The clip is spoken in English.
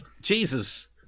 Jesus